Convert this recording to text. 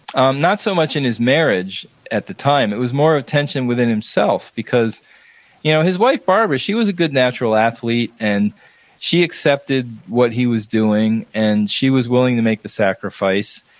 um not so much in his marriage at the time. it was more a tension within himself because you know his wife, barbara, she was a good natural athlete and she accepted what he was doing and she was willing to make the sacrifice,